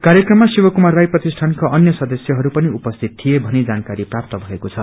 कार्यक्रममा शिवकुमार राई प्रतिष्झानका अन्य सदस्यहरू पनि उपसिति थिए भनी जानकारी प्राप्त भएको छ